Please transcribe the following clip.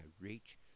reach